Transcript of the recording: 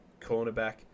cornerback